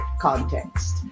context